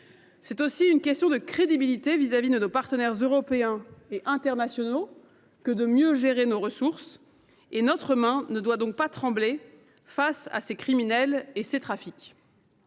C’est aussi une question de crédibilité vis à vis de nos partenaires européens et internationaux que de mieux gérer nos ressources. Par conséquent, notre main ne doit pas trembler face à ces criminels et à leurs trafics.